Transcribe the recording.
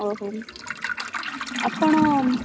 ଓ ହଉ ଆପଣ